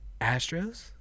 Astros